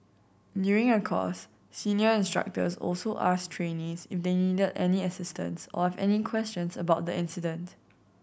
during a course senior instructors also asked trainees if they needed any assistance or any questions about the incident